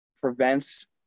prevents